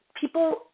people